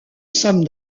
somme